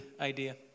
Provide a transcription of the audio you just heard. idea